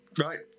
Right